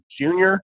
junior